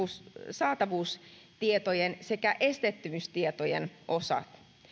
saatavuustietojen sekä esteettömyystietojen osa